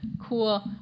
cool